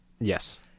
Yes